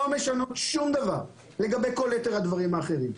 משנות שום דבר לגבי כל יתר הדברים האחרים,